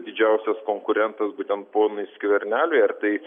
didžiausias konkurentas būtent ponui skverneliui ar tai